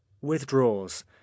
Withdraws